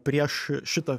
prieš šitą